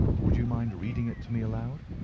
would you mind reading it to me aloud?